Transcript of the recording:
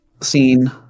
scene